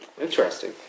Interesting